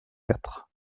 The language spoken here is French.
quatre